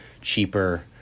cheaper